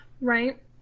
right